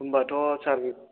होनबाथ' सार